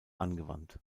angewandt